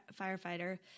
firefighter